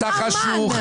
אתה חשוך.